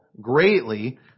greatly